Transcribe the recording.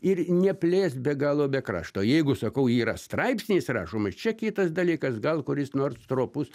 ir neplės be galo be krašto jeigu sakau yra straipsnis rašomas čia kitas dalykas gal kuris nors stropus